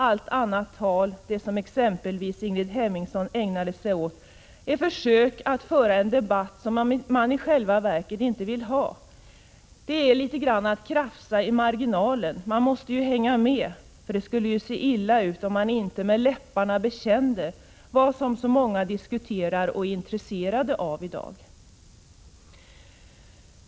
Allt annat tal, det som exempelvis Ingrid Hemmingsson ägnade sig åt, är försök att föra en debatt som i själva verket inte är önskvärd. Det är på sätt och vis att krafsa i marginalen. Man måste ju hänga med — det skulle se illa ut om man inte med läpparna bekände det som så många diskuterar och är intresserade av i dag.